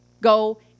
go